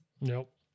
Nope